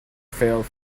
failed